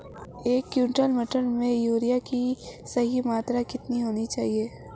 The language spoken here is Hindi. एक क्विंटल मटर में यूरिया की सही मात्रा कितनी होनी चाहिए?